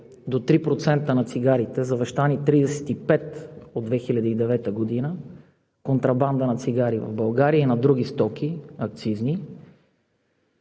до 3% на цигарите, при завещани 35 от 2009 г. контрабанда на цигари в България и на други акцизни